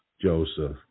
Joseph